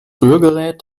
rührgerät